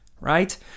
Right